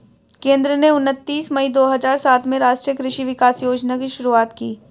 केंद्र ने उनतीस मई दो हजार सात में राष्ट्रीय कृषि विकास योजना की शुरूआत की